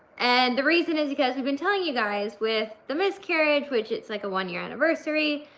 and the reason is because we've been telling you guys with the miscarriage, which it's like a one year anniversary,